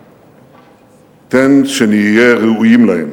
תן שנהיה ראויים להם.